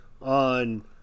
On